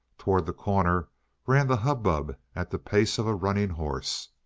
toward the corner ran the hubbub at the pace of a running horse.